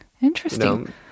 Interesting